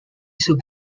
sue